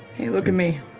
hey, look at me.